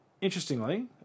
interestingly